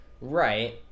Right